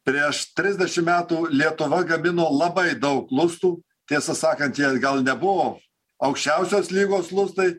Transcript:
prieš trisdešim metų lietuva gamino labai daug lustų tiesą sakant jie gal nebuvo aukščiausios lygos lustai